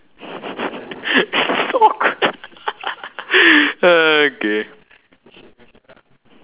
so awkward ah okay